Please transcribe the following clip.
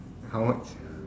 how much